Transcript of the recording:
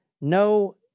no